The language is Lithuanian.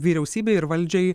vyriausybei ir valdžiai